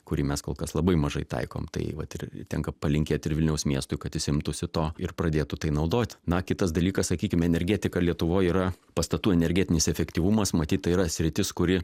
kurį mes kol kas labai mažai taikom tai vat ir tenka palinkėt ir vilniaus miestui kad jis imtųsi to ir pradėtų tai naudot na kitas dalykas sakykime energetika lietuvoj yra pastatų energetinis efektyvumas matyt tai yra sritis kuri